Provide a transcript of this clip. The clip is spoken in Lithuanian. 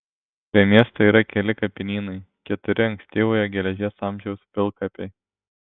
prie miesto yra keli kapinynai keturi ankstyvojo geležies amžiaus pilkapiai